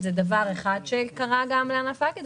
זה דבר אחד שקרה גם לענף ההייטק,